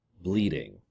Bleeding